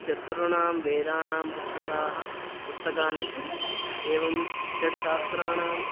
चतुर्णां वेदानां पुस्तकाः पुस्तकानि एवं षड्शास्त्राणां